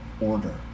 Order